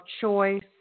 choice